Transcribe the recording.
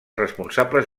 responsables